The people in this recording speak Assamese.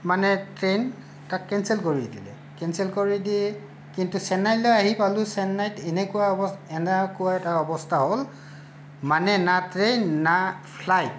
মানে ট্ৰেইন তাক কেঞ্চেল কৰি দিলে কেঞ্চেল কৰি দি কিন্তু চেন্নাইলৈ আহি পালোঁ চেন্নাইত এনেকুৱা অৱ এনেকুৱা এটা অৱস্থা হ'ল মানে না ট্ৰেইন না ফ্লাইট